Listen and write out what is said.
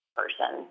person